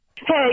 hey